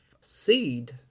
seed